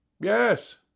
yes